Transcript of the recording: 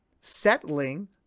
settling